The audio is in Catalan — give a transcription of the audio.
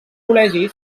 col·legi